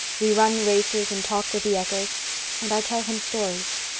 we run races and talk with the echoes and i tell him stories.